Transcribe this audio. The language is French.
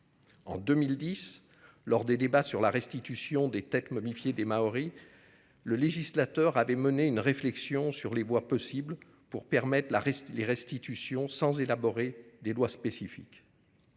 En 2010, lors des débats sur la restitution des têtes momifiées maories, le législateur avait mené une réflexion sur les voies possibles pour permettre les restitutions sans élaborer des lois spécifiques.